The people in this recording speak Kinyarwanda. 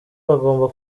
bagomba